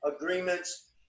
agreements